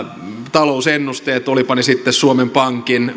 talousennusteet olivatpa ne sitten suomen pankin